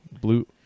Blue